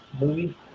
Movie